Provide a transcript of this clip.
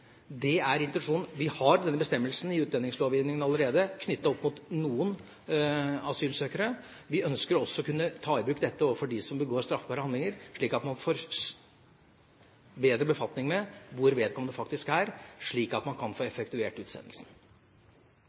Det er intensjonen. Vi har denne bestemmelsen i utlendingslovgivningen allerede, knyttet opp mot noen asylsøkere. Vi ønsker også å kunne ta i bruk dette overfor dem som begår straffbare handlinger, slik at man får bedre befatning med hvor vedkommende faktisk er, så man kan få effektuert utsendelsen.